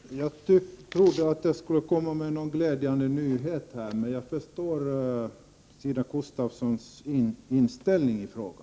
Herr talman! Jag trodde att jag skulle komma med en glädjande nyhet, men jag förstår Stina Gustavssons inställning i frågan.